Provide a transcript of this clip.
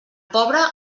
pobre